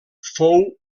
fou